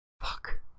Fuck